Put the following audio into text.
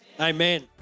amen